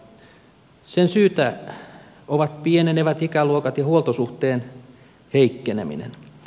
sen syitä ovat pienenevät ikäluokat ja huoltosuhteen heikkeneminen